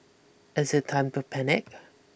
is it time to panic